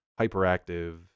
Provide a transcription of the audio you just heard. hyperactive